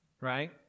right